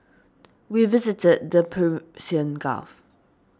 we visited the Persian Gulf